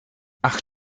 ach